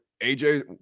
AJ